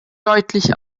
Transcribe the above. deutlich